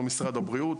לא משרד הבריאות.